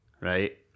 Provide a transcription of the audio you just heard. right